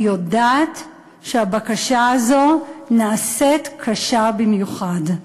אני יודעת שהבקשה הזו נעשית קשה במיוחד.